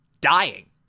dying